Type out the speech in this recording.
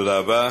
תודה רבה.